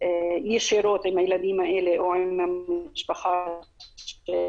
ישירות עם הילדים האלה או עם המשפחה --- בבקשה,